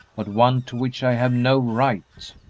but one to which i have no right.